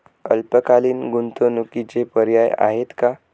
अल्पकालीन गुंतवणूकीचे पर्याय आहेत का?